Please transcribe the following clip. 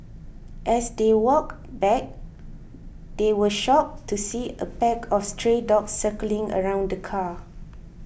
as they walked back they were shocked to see a pack of stray dogs circling around the car